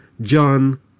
John